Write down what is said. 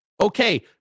Okay